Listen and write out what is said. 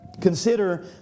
Consider